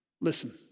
listen